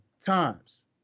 times